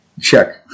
check